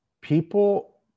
people